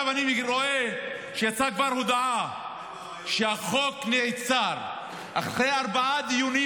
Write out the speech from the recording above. עכשיו אני רואה שיצאה כבר הודעה שהחוק נעצר אחרי ארבעה דיונים,